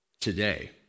today